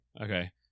Okay